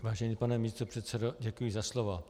Vážený pane místopředsedo, děkuji za slovo.